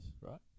right